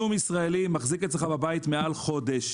שום ישראלי מחזיק אצלך בבית מעל חודש